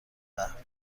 قهوه